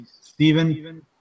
Stephen